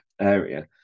area